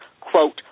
quote